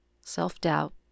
self-doubt